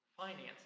finances